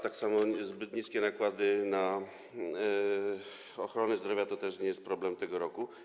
Tak samo zbyt niskie nakłady na ochronę zdrowia to też nie jest problem tego roku.